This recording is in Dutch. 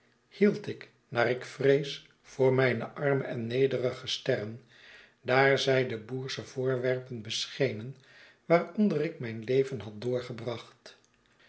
hield ik naar ik vrees voor mijne arme en nederige sterren daar zij de boersche voorwerpen beschenen waaronder ik mijn leven had doorgebracht